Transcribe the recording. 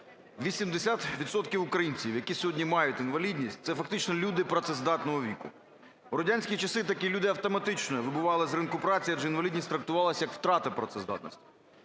українців, які сьогодні мають інвалідність – це фактично люди працездатного віку. В радянські часи такі люди автоматично вибували з ринку праці, адже інвалідність трактувалася як втрата працездатності.